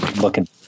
looking